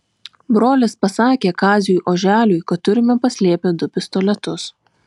brolis pasakė kaziui oželiui kad turime paslėpę du pistoletus